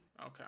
Okay